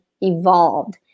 evolved